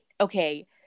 okay